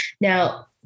Now